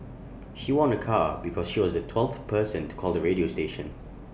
she won A car because she was the twelfth person to call the radio station